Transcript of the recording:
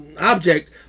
object